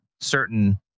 certain